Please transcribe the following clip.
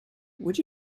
would